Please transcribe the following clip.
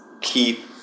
keep